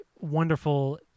wonderful